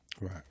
Right